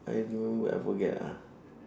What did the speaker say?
I don't know wait I forget ah